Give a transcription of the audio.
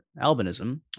albinism